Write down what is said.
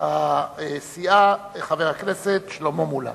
הסיעה חבר הכנסת שלמה מולה.